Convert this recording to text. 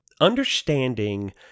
Understanding